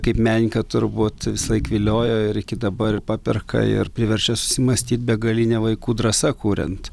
kaip menininką turbūt visąlaik viliojo ir iki dabar ir paperka ir priverčia susimąstyt begalinė vaikų drąsa kuriant